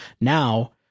Now